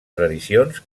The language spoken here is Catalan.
tradicions